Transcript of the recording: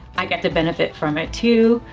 i got to benefit from it, too.